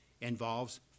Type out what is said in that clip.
involves